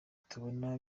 tubona